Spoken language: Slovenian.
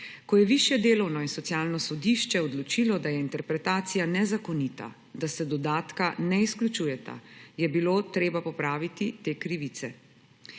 Ko je Višje delovno in socialno sodišče odločilo, da je interpretacija nezakonita, da se dodatka ne izključujeta, je bilo treba popraviti te krivice.